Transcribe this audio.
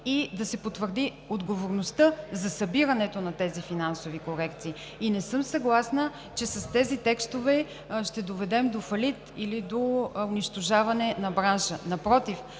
и да се потвърди отговорността за събирането на тези финансови корекции. Не съм съгласна, че с тези текстове ще доведем до фалит или до унищожаване на бранша. Напротив